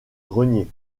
grenier